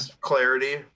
Clarity